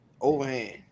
Overhand